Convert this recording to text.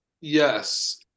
yes